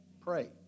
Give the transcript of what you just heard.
pray